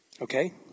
Okay